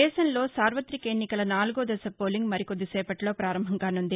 దేశంలో సార్వతిక ఎన్నికల నాలుగో దశ పోలింగ్ మరికొద్దిసేపట్లో పారంభం కానుంది